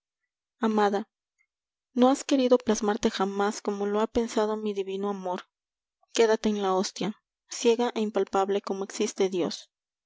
amada no has querido plasmarte jamás como lo ha pensado mi divino amor quédate en la hostia ciega e impalpable como existe dios